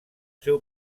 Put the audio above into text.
seu